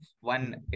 one